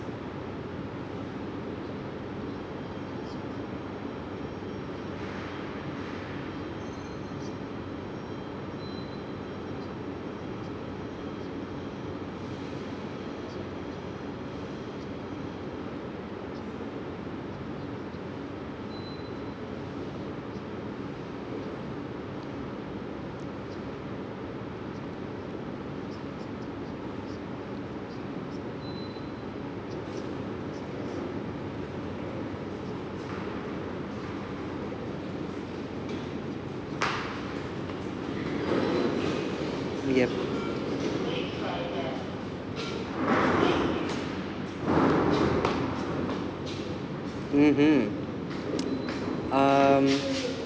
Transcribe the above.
yup mmhmm um